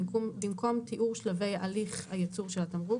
במקום "תיאור שלבי הליך הייצור של התמרוק"